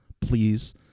Please